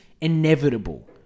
inevitable